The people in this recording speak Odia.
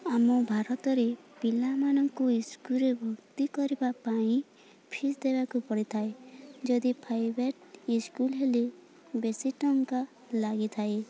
ଆମ ଭାରତରେ ପିଲାମାନଙ୍କୁ ସ୍କୁଲ୍ରେ ଭର୍ତ୍ତି କରିବା ପାଇଁ ଫିସ୍ ଦେବାକୁ ପଡ଼ିଥାଏ ଯଦି ପ୍ରାଇଭେଟ୍ ସ୍କୁଲ୍ ହେଲେ ବେଶୀ ଟଙ୍କା ଲାଗିଥାଏ